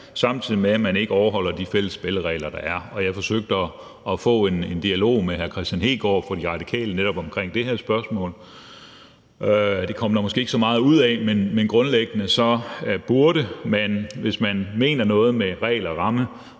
samtidig med at man ikke overholder de fælles spilleregler, der er. Jeg forsøgte at få en dialog med hr. Kristian Hegaard fra De Radikale om netop det her spørgsmål. Det kom der måske ikke så meget ud af, men grundlæggende burde der, hvis man mener noget med regler og